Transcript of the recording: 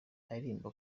aririmba